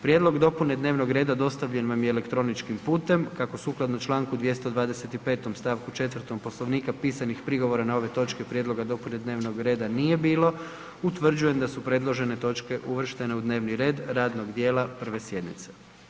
Prijedlog dopune dnevnog reda dostavljen vam je elektroničkim putem, kako sukladno čl. 225. st. 4 Poslovnika pisanih prigovora na ove točke prijedloga dopune dnevnog reda nije bilo, utvrđujem da su predložene točke utvrđene u dnevni red radnog dijela prve sjednice.